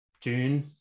June